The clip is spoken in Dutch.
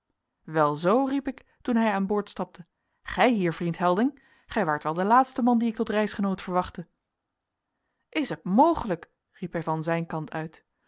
arm welzoo riep ik toen hij aan boord stapte gij hier vriend helding gij waart wel de laatste man dien ik tot reisgenoot verwachtte is het mogelijk riep hij van zijn kant uit